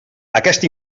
aquest